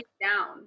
Down